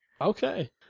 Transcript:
Okay